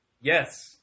Yes